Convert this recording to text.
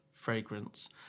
fragrance